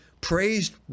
praised